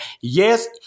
Yes